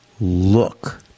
look